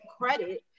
credit